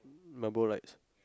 Marlboro lights